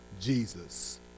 Jesus